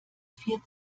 vier